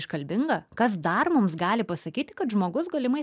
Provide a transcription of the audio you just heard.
iškalbinga kas dar mums gali pasakyti kad žmogus galimai